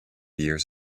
years